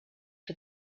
for